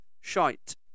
shite